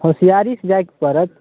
होशिआरीसँ जाएके पड़त